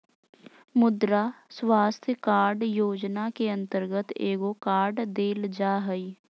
मुद्रा स्वास्थ कार्ड योजना के अंतर्गत एगो कार्ड देल जा हइ